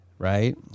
Right